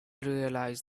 realise